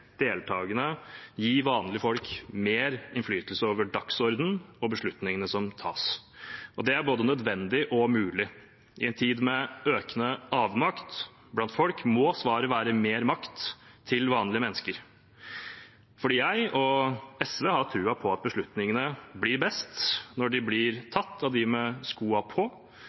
vanlige folk mer innflytelse over dagsordenen og beslutningene som tas. Det er både nødvendig og mulig. I en tid med økende avmakt blant folk må svaret være mer makt til vanlige mennesker. Jeg og SV har troen på at beslutningene blir best når de blir tatt av dem med skoene på,